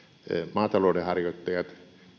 maatalouden harjoittajat